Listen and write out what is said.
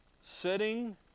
Sitting